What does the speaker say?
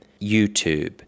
YouTube